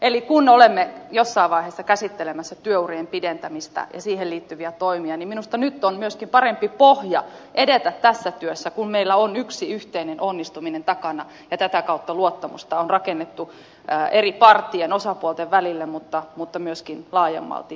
eli kun olemme jossain vaiheessa käsittelemässä työurien pidentämistä ja siihen liittyviä toimia niin minusta nyt on myöskin parempi pohja edetä tässä työssä kun meillä on yksi yhteinen onnistuminen takana ja tätä kautta luottamusta on rakennettu eri parttien osapuolten välille mutta myöskin laajemmalti yhteiskuntaan